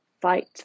fight